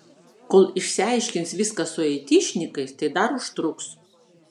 kol išsiaiškins viską su aitišnikais tai dar užtruks